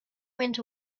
went